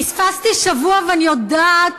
פספסתי שבוע, ואני יודעת,